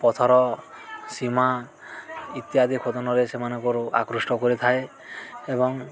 ପଥର ସୀମା ଇତ୍ୟାଦି ଖୋଦନରେ ସେମାନଙ୍କର ଆକୃଷ୍ଟ କରିଥାଏ ଏବଂ